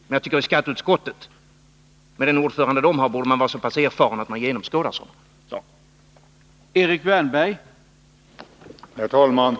Men jag tycker att skatteutskottet - med den ordförande utskottet har — borde ha så pass mycket erfarenhet att sådant här genomskådas.